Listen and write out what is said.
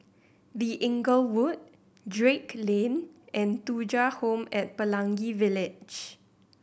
The Inglewood Drake Lane and Thuja Home at Pelangi Village